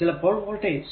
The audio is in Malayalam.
ചിലപ്പോൾ വോൾടേജ്